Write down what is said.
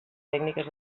tècniques